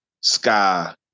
sky